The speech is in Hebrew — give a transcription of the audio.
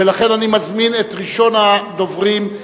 ולכן אני מזמין את ראשון הדוברים,